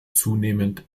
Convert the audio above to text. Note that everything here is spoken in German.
zunehmend